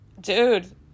dude